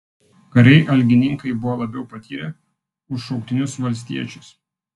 kariai algininkai buvo labiau patyrę už šauktinius valstiečius